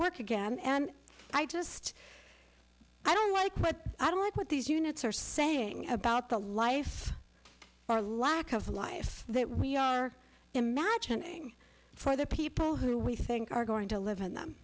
work again and i just i don't like what i don't like what these units are saying about the life or lack of life that we are imagining for the people who we think are going to live in